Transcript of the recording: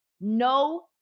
No